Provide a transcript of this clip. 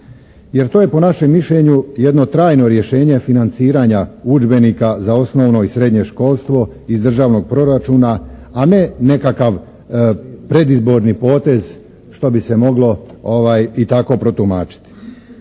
jer to je po našem mišljenju jedno trajno rješenje financiranja udžbenika za osnovno i srednje školstvo iz državnog proračuna, a ne nekakav predizborni potez što bi se moglo i tako protumačiti.